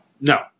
No